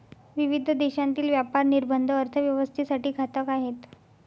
विविध देशांतील व्यापार निर्बंध अर्थव्यवस्थेसाठी घातक आहेत